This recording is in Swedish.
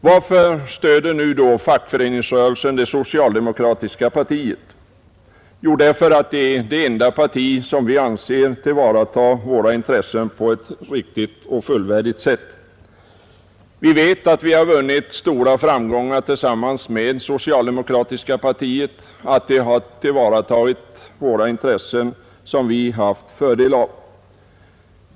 Varför stöder då fackföreningsrörelsen det socialdemokratiska partiet? Jo, därför att det är det enda parti som vi anser tillvaratar våra intressen på ett riktigt och fullvärdigt sätt. Vi vet att vi har vunnit stora framgångar tillsammans med socialdemokratiska partiet, att det har tillvaratagit våra intressen och fört en politik som vi haft fördel av.